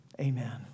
Amen